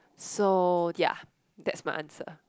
so ya that's my answer